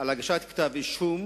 על הגשת כתב אישום